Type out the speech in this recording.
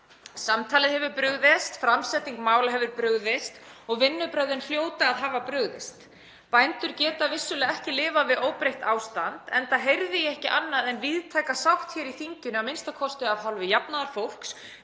Samtalið hefur brugðist, framsetning mála hefur brugðist og vinnubrögðin hljóta að hafa brugðist. Bændur geta vissulega ekki lifað við óbreytt ástand enda heyrði ég ekki annað en víðtæka sátt í þinginu, a.m.k. af hálfu jafnaðarfólks,